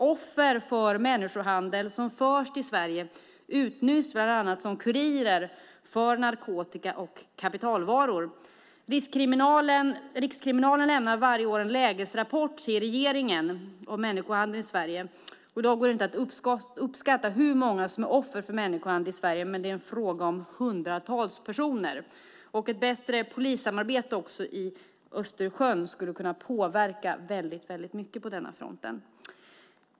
Offer för människohandel som förs till Sverige utnyttjas bland annat som kurirer för narkotika och kapitalvaror. Rikskriminalen lämnar varje år en lägesrapport till regeringen om människohandeln i Sverige. I dag går det inte att uppskatta hur många som är offer för människohandel i Sverige, men det är fråga om hundratals personer. Ett bättre polissamarbete kring Östersjön skulle kunna påverka väldigt mycket på denna front.